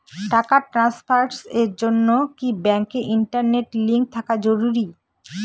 টাকা ট্রানস্ফারস এর জন্য কি ব্যাংকে ইন্টারনেট লিংঙ্ক থাকা জরুরি?